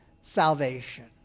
salvation